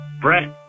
Brett